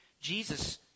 Jesus